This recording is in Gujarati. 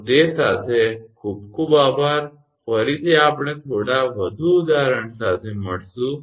તો તે સાથે ખૂબ ખૂબ આભાર ફરીથી આપણે થોડા વધુ ઉદાહરણો સાથે મળીશું